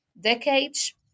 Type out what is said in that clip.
decades